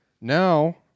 Now